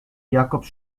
jacobs